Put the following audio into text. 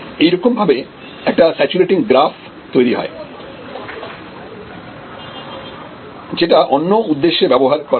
একই রকম ভাবে একটা স্যাচুরেটিং গ্রাফ তৈরি করা হয় যেটা অন্য উদ্দেশ্যে ব্যবহার করা হয়